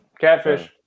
Catfish